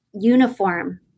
uniform